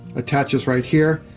attaches right here.